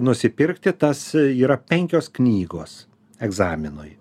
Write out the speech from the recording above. nusipirkti tas yra penkios knygos egzaminui